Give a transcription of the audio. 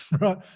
right